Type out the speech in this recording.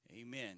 Amen